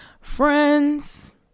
Friends